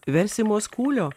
versimos kūlio